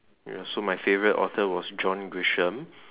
ya so my favorite author was John Grisham